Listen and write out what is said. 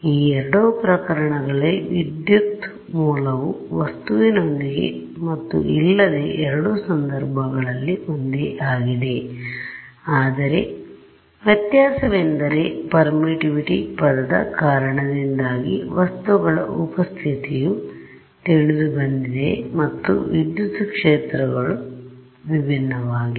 ಈ ಎರಡು ಪ್ರಕರಣಗಳಲ್ಲಿ ವಿದ್ಯುತ್ ಮೂಲವು ವಸ್ತುವಿನೊಂದಿಗೆ ಮತ್ತು ಇಲ್ಲದೆ ಎರಡೂ ಸಂದರ್ಭಗಳಲ್ಲಿ ಒಂದೇ ಆಗಿದೆ ಆದರೆ ವ್ಯತ್ಯಾಸವೆಂದರೆ ಪರ್ಮಿಟಿವಿಟಿ ಪದದ ಕಾರಣದಿಂದಾಗಿ ವಸ್ತುಗಳ ಉಪಸ್ಥಿತಿಯು ತಿಳಿದುಬಂದಿದೆ ಮತ್ತು ವಿದ್ಯುತ್ ಕ್ಷೇತ್ರಗಳು ವಿಭಿನ್ನವಾಗಿವೆ